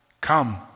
Come